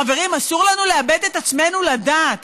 חברים, אסור לנו לאבד את עצמנו לדעת.